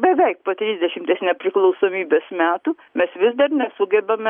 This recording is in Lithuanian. beveik po trisdešimties nepriklausomybės metų mes vis dar nesugebame